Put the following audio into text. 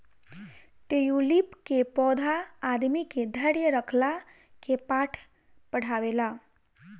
tulip के पौधा आदमी के धैर्य रखला के पाठ पढ़ावेला